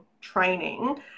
training